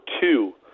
two